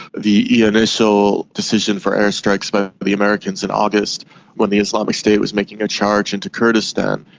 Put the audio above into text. the initial decision for air strikes by the americans in august when the islamic state was making a charge into kurdistan,